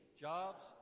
jobs